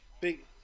big